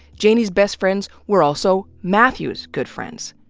janey's best friends were also mathew's good friends.